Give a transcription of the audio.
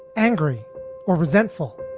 angry or resentful?